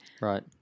Right